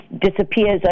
disappears